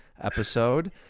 episode